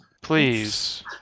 please